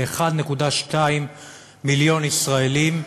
ל-1.2 מיליון ישראלים,